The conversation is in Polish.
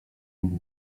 mówi